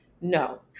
no